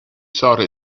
sought